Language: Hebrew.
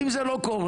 אם זה לא קורה,